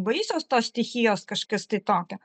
baisios tos stichijos kažkas tai tokio